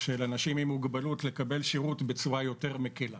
של אנשים עם מוגבלות לקבל שרות בצורה יותר מקלה.